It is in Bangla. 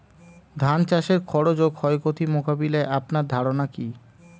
ধান চাষের খরচ ও ক্ষয়ক্ষতি মোকাবিলায় আপনার ধারণা কী?